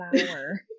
flower